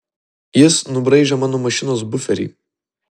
jis nubraižė mano mašinos buferį